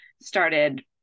started